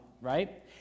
right